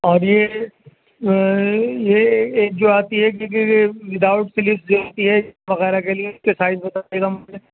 اور یہ یہ جو آتی ہے کیونکہ وداؤٹ فلپ جو ہوتی ہے وغیرہ کے لیے اس کے سائز بتاائیے گا